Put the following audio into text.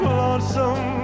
lonesome